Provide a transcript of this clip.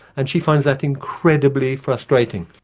and she finds that incredibly frustrating.